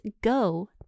go